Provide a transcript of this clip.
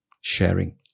sharing